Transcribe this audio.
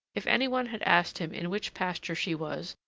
if any one had asked him in which pasture she was,